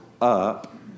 up